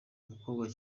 umukobwa